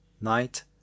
Night